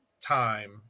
time